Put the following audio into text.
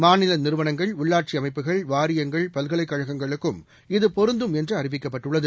மாநில நிறுவனங்கள் உள்ளாட்சி அமைப்புகள் வாரியங்கள் பல்கலைக்கழகங்களுக்கும் இது பொருந்தும் என்று அறிவிக்கப்பட்டுள்ளது